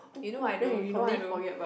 you know I do you know I do